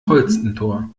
holstentor